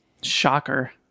shocker